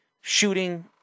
shooting